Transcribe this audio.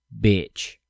Bitch